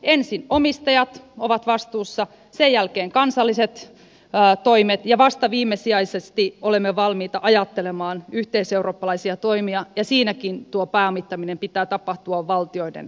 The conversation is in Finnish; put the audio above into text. ensin omistajat ovat vastuussa sen jälkeen kansalliset toimet ja vasta viimesijaisesti olemme valmiita ajattelemaan yhteiseurooppalaisia toimia ja siinäkin tuon pääomittamisen pitää tapahtua valtioiden kautta